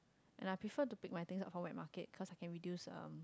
and I prefer to pick my things up from wet market cause I can reduce um